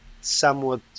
somewhat